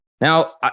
Now